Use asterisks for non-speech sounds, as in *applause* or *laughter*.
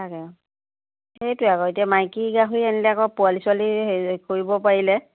তাকে সেইটোৱ আকৌ এতিয়া মাইকী গাহৰি আনিলে আকৌ পোৱালি ছোৱালী *unintelligible* কৰিব পাৰিলে